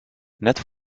net